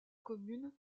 commune